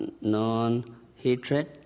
Non-hatred